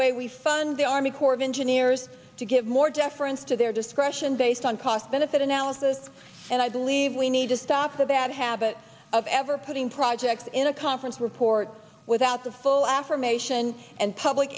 way we fund the army corps of engineers to give more deference to their discretion based on cost benefit analysis and i believe we need to stop the bad habit of ever putting projects in a conference report without the full affirmation and public